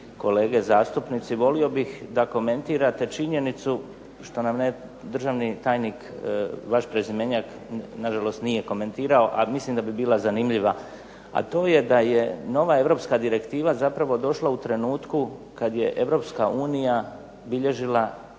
drugi zastupnici, volio bih da komentirate činjenicu što nam državni tajnik vaš prezimenjak nažalost nije komentirao, a mislim da bi bila zanimljiva. A to je da je nova europska direktiva zapravo došla u trenutku kada je EU bilježila